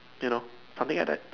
you know something like that